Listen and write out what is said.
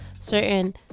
certain